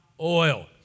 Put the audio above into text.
oil